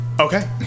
Okay